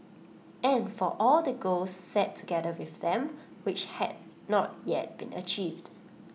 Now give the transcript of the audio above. and for all the goals set together with them which had not yet been achieved